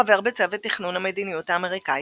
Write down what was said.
חבר בצוות תכנון המדיניות האמריקאית,